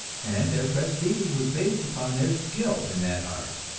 and their prestige was based upon their skill in that art.